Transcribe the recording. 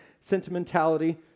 sentimentality